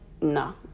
no